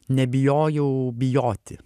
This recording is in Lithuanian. nebijojau bijoti